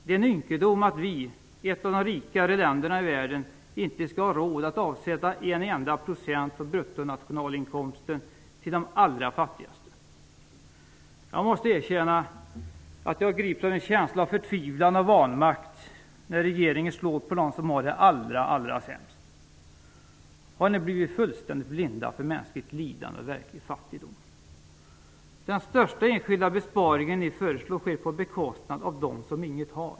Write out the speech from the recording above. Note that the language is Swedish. Det är en ynkedom att vi, ett av de rikare länderna i världen, inte skall ha råd att avsätta en enda procent av bruttonationalinkomsten till de allra fattigaste. Jag måste erkänna att jag grips av en känsla av förtvivlan och vanmakt när regeringen slår på dem som har det allra sämst. Har ni blivit fullständigt blinda för mänskligt lidande och verklig fattigdom? Den största enskilda besparingen ni föreslår sker på bekostnad av de som inget har.